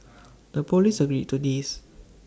the Police agreed to this